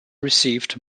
received